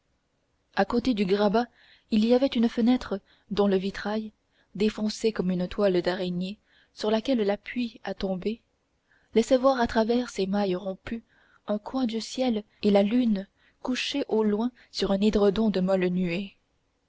à côté du grabat il y avait une fenêtre dont le vitrail défoncé comme une toile d'araignée sur laquelle la pluie a tombé laissait voir à travers ses mailles rompues un coin du ciel et la lune couchée au loin sur un édredon de molles nuées